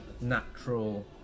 natural